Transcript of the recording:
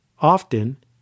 Often